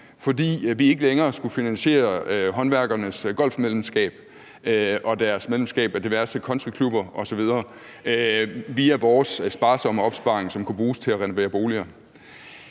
fordi vi ikke længere skulle finansiere håndværkernes golfmedlemskab og deres medlemskab af diverse countryklubber osv. via vores sparsomme opsparing, som kunne bruges til at renovere boliger.